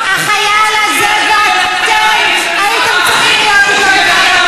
החייל הזה ואתם הייתם צריכים להיות בחקירות,